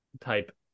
type